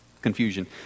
confusion